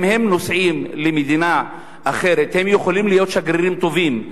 אם הם נוסעים למדינה אחרת הם יכולים להיות שגרירים טובים,